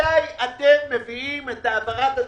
מתי אתם מביאים את העברת התקציב,